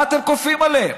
מה אתם כופים עליהם?